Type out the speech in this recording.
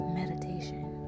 meditation